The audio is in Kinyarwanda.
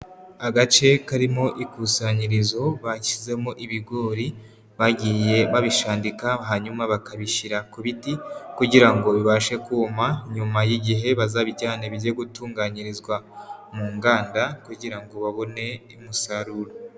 Agace karimo ikusanyirizo bashyizemo ibigori, bagiye babishandika, hanyuma bakabishyira ku biti kugira ngo bibashe kuma, nyuma y'igihe bazabijyane bijye gutunganyirizwa mu nganda kugira ngo babone umusaruro.